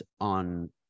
on